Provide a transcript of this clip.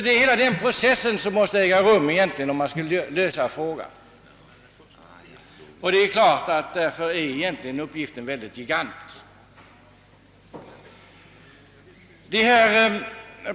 Det är ju den åtgärden som måste till, om problemet skall kunna lösas — och det är en gigantisk uppgift!